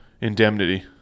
Indemnity